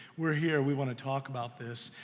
we're here, we want to talk about this,